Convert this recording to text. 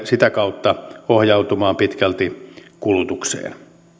sitä kautta pohjautumaan pitkälti kulutukseen